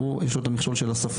הוא יש לו את המכשול של השפה,